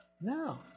No